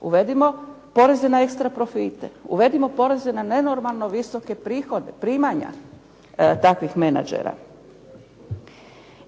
uvedimo poreze na ekstra profite, uvedimo poreze na nenormalno visoke prihode, primanja takvih menađera.